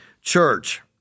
church